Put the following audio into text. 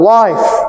life